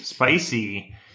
Spicy